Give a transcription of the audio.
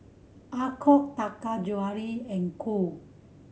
Alcott Taka Jewelry and Cool